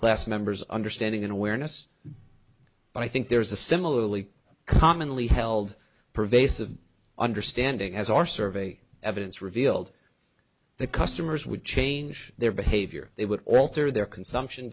class members understanding and awareness but i think there's a similarly commonly held pervasive understanding as our survey evidence revealed the customers would change their behavior they would alter their consumption